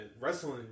wrestling